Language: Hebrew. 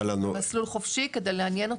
מסלול חופשי כדי לעניין אותם.